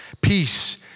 peace